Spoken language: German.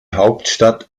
hauptstadt